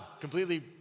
Completely